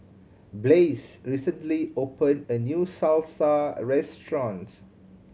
Blaise recently opened a new Salsa Restaurant